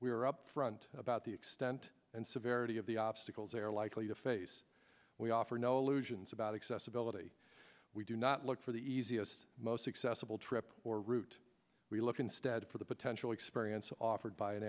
trips we are upfront about the extent and severity of the obstacles they are likely to face we offer no illusions about accessibility we do not look for the easiest most accessible trip or route we look instead for the potential experience offered by an